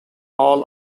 all